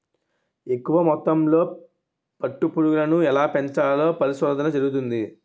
ఎక్కువ మొత్తంలో పట్టు పురుగులను ఎలా పెంచాలో పరిశోధన జరుగుతంది